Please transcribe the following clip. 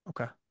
Okay